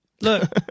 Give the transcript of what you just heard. Look